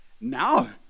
Now